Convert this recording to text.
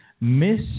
Miss